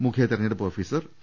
മുഖ്യതിരഞ്ഞെടുപ്പ് officer T